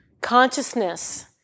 consciousness